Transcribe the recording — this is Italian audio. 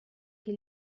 che